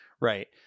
right